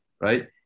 Right